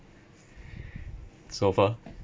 so far